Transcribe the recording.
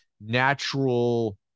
natural